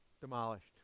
demolished